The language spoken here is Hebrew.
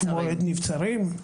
מועד נבצרים.